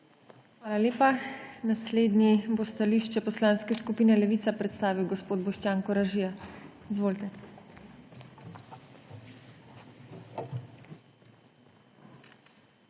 Hvala lepa. Naslednji bo stališče Poslanske skupine Levica predstavil gospod Boštjan Koražija. BOŠTJAN